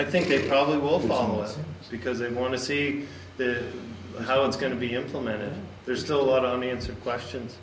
i think they probably will follow it because they want to see how it's going to be implemented there's still a lot on the answer questions